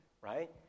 Right